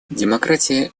демократия